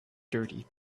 dirty